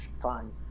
Fine